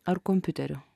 ar kompiuteriu